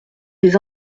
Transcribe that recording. des